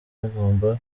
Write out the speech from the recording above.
bigomba